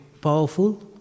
powerful